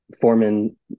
Foreman